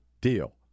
deal